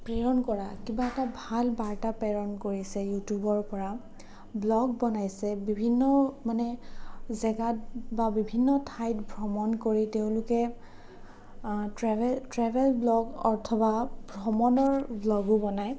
প্ৰেৰণ কৰা কিবা এটা ভাল বাৰ্তা প্ৰেৰণ কৰিছে ইউটিউবৰ পৰা ব্ল'গ বনাইছে বিভিন্ন মানে জেগাত বা বিভিন্ন ঠাইত ভ্ৰমণ কৰি তেওঁলোকে ট্ৰেভেল ট্ৰেভেল ব্ল'গ অথবা ভ্ৰমণৰ ব্ল'গো বনায়